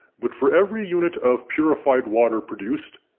but for every unit of purified water produced,